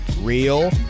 Real